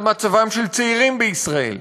על מצבם של צעירים בישראל.